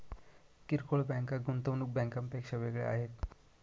किरकोळ बँका गुंतवणूक बँकांपेक्षा वेगळ्या आहेत